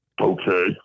Okay